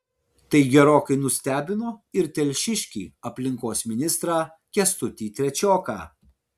tai gerokai nustebino ir telšiškį aplinkos ministrą kęstutį trečioką